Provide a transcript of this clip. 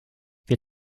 wir